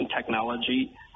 technology